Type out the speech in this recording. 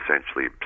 essentially